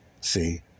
See